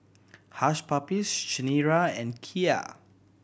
Hush Puppies Chanira and Kia